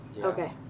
Okay